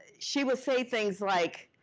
she would say things like,